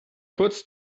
kurz